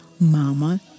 mama